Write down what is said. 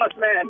man